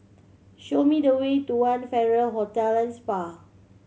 show me the way to One Farrer Hotel and Spa